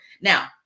Now